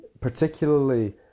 particularly